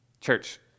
Church